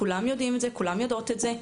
כולם יודעים את זה, כולן יודעות את זה.